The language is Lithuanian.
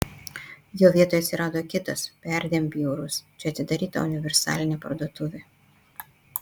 jo vietoje atsirado kitas perdėm bjaurus čia atidaryta universalinė parduotuvė